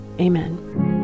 amen